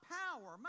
power